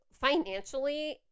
financially